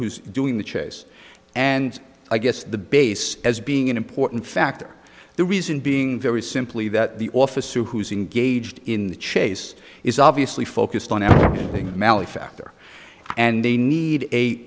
who's doing the chase and i guess the base as being an important factor the reason being very simply that the officer who's in gauged in the chase is obviously focused on and being malefactor and they need a